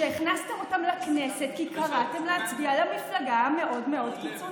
עם התמונה